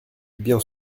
bien